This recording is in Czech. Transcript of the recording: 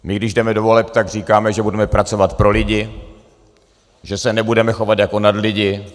My, když jdeme do voleb, tak říkáme, že budeme pracovat pro lidi, že se nebudeme chovat jako nadlidi.